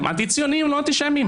הם אנטי ציונים, לא אנטישמים.